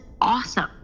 awesome